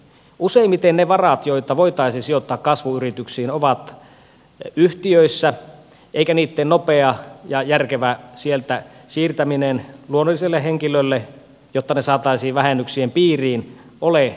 useimmiten ne varat joita voitaisiin sijoittaa kasvuyrityksiin ovat yhtiöissä eikä niitten nopea ja järkevä sieltä siirtäminen luonnolliselle henkilölle jotta ne saataisiin vähennyksien piiriin ole tarkoituksenmukaista